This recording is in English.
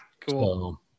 Cool